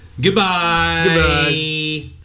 Goodbye